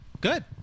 good